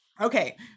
Okay